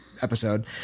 episode